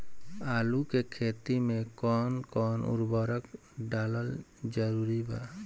आलू के खेती मे कौन कौन उर्वरक डालल जरूरी बा?